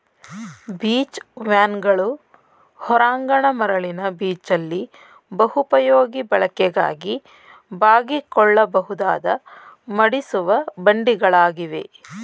beach ವ್ಯಾಗನ್ಗಳು ಹೊರಾಂಗಣ ಮರಳಿನ ಬೀಚಲ್ಲಿ ಬಹುಪಯೋಗಿ ಬಳಕೆಗಾಗಿ ಬಾಗಿಕೊಳ್ಳಬಹುದಾದ ಮಡಿಸುವ ಬಂಡಿಗಳಾಗಿವೆ